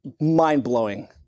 mind-blowing